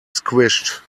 squished